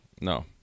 No